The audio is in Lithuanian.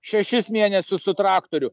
šešis mėnesius su traktoriu